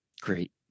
Great